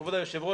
כבוד היושב ראש,